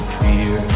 fear